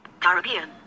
caribbean